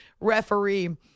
referee